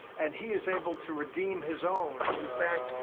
and he is able to redeem his own. in fact,